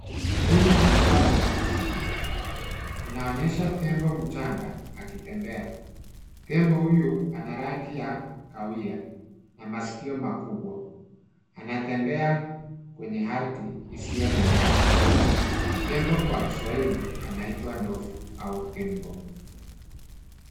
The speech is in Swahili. Hili ni uhifadhi wa mazingira. Inaonyesha tembo mchanga akitembea. Tembo huyu ana rangi ya kahawia na masikio makubwa. Anatembea kwenye ardhi isiyo na nyasi. Tembo kwa kiswahili anaitwa ndovu au tembo.